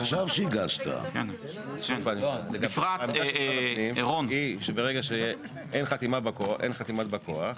ברגע שאין חתימת בא כוח אי אפשר לתקן.